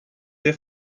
the